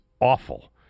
awful